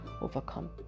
overcome